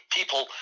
people